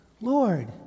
Lord